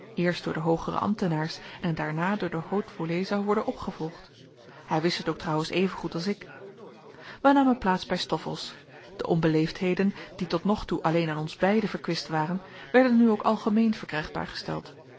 eerst door de hoogere ambtenaars en daarna door de haute volée zou worden opgevolgd hij wist het ook trouwens even goed als ik wij namen plaats bij stoffels de onbeleefdheden die tot nog toe alleen aan ons beiden verkwist waren werden nu ook algemeen verkrijgbaar gesteld